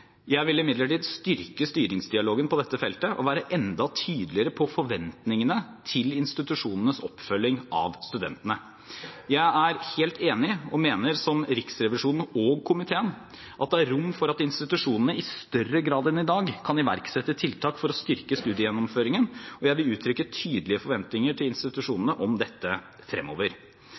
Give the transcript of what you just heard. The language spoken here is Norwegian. Jeg vil imidlertid styrke styringsdialogen på dette feltet og være enda tydeligere på forventningene til institusjonenes oppfølging av studentene. Jeg er helt enig i og mener som Riksrevisjonen og komiteen at det er rom for at institusjonene i større grad enn i dag kan iverksette tiltak for å styrke studiegjennomføringen. Jeg vil uttrykke tydelige forventninger til institusjonene om dette fremover.